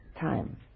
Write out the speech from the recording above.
time